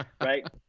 right